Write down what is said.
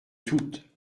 toutes